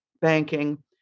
banking